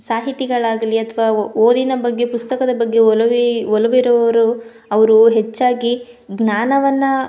ಸಾಹಿತಿಗಳಾಗಲೀ ಅಥ್ವಾ ಓದಿನ ಬಗ್ಗೆ ಪುಸ್ತಕದ ಬಗ್ಗೆ ಒಲವು ಒಲವಿರೋರು ಅವರು ಹೆಚ್ಚಾಗಿ ಜ್ಞಾನವನ್ನು